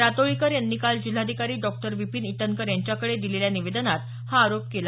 रातोळीकर यांनी काल जिल्हाधिकारी डॉ विपिन ईटनकर यांच्याकडे दिलेल्या निवेदनात हा आरोप केला